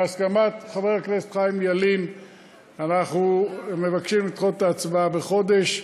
בהסכמת חבר הכנסת חיים ילין אנחנו מבקשים לדחות את ההצבעה בחודש.